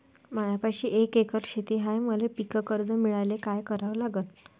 मायापाशी एक एकर शेत हाये, मले पीककर्ज मिळायले काय करावं लागन?